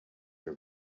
your